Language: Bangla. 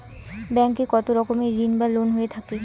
ব্যাংক এ কত রকমের ঋণ বা লোন হয়ে থাকে?